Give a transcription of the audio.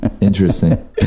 Interesting